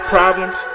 Problems